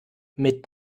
mit